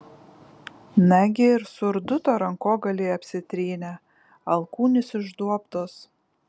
nagi ir surduto rankogaliai apsitrynę alkūnės išduobtos